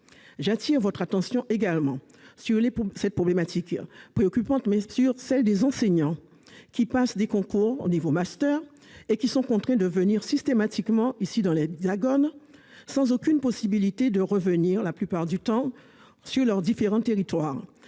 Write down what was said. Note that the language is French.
J'attire votre attention, également, sur la problématique tout aussi préoccupante des enseignants qui passent des concours au niveau master et qui sont contraints de venir systématiquement dans l'Hexagone, sans possibilité de rentrer, la plupart du temps, dans leurs différents territoires